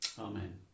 Amen